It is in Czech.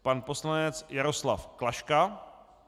Pan poslanec Jaroslav Klaška.